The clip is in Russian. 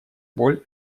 боль